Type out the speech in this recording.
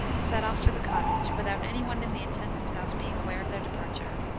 set off for the cottage, without any one in the intendant's house being aware of their departure.